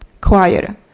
choir